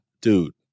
dude